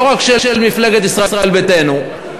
לא רק של מפלגת ישראל ביתנו.